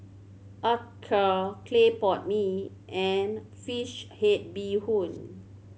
acar clay pot mee and fish head bee hoon